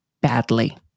badly